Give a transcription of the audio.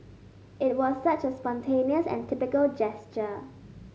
it was such a spontaneous and typical gesture